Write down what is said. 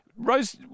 Rose